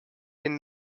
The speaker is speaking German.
den